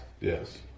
yes